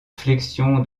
flexion